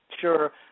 sure